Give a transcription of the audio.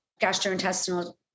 gastrointestinal